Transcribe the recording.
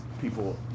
people